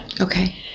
Okay